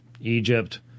Egypt